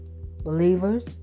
believers